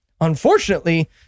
Unfortunately